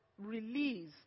release